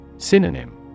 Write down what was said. Synonym